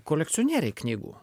kolekcionieriai knygų